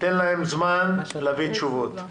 ואתן להם זמן להביא תשובות.